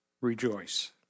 rejoice